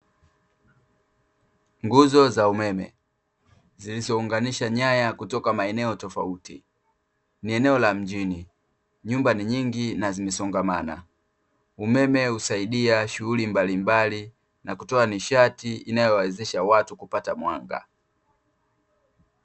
Nguzo za umeme zilizounganisha nyaya kutoka maeneo tofauti. Ni eneo la mjini nyumba ni nyingi na zimesongamana, umeme husaidia shughuli mbalimbali na kutoa nishati inayowawezesha watu kupata mwanga.